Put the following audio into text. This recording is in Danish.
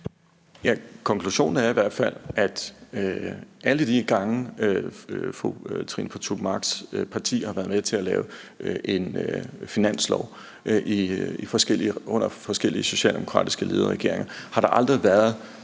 (S): Konklusionen er i hvert fald, at alle de gange, fru Trine Pertou Machs parti har været med til at lave en finanslov under forskellige socialdemokratisk ledede regeringer, har der aldrig været